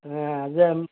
ஆ அதான்